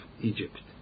Egypt